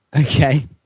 Okay